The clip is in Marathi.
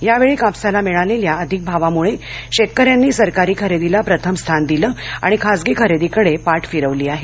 यावेळी कापसाला मिळालेल्या अधिक भावामूळे शेतकऱ्यांनी सरकारी खरेदीला प्रथम स्थान दिलं आणि खासगी खरेदीकडे पाठ फिरवली आहे